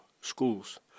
schools